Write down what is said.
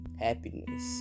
happiness